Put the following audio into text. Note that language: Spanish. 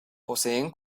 poseen